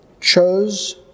chose